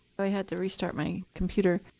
i had to restart my computer.